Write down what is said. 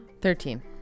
Thirteen